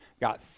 got